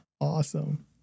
Awesome